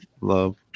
love